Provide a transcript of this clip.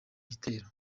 gitero